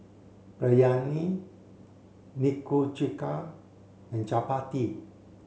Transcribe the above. Biryani Nikujaga and Chapati